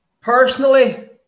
personally